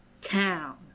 Town